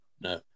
No